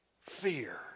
fear